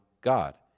God